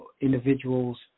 individuals